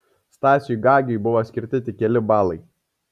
stasiui gagiui buvo skirti tik keli balai